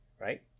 right